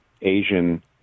Asian